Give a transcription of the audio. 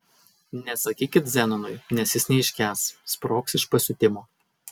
nesakykit zenonui nes jis neiškęs sprogs iš pasiutimo